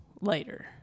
later